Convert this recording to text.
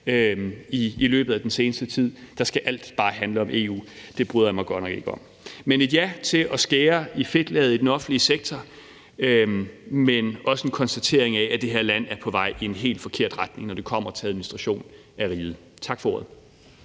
I løbet af den seneste tid skal alt bare handle om EU; det bryder jeg mig godt nok ikke om. Så det er et ja til at skære i fedtlaget i den offentlige sektor, men også en konstatering af, at det her land er på vej i en helt forkert retning, når det kommer til administrationen af riget. Tak for ordet.